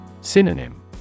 Synonym